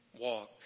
Walk